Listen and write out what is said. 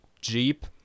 Jeep